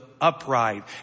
upright